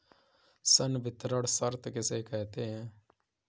संवितरण शर्त किसे कहते हैं?